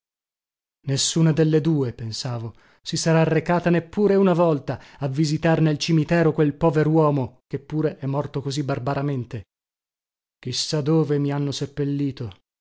nessuna delle due pensavo si sarà recata neppure una volta a visitar nel cimitero quel poveruomo che pure è morto così barbaramente chi sa dove mi hanno seppellito